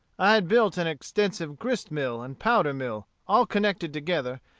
i had built an extensive grist-mill and powder-mill, all connected together,